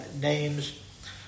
names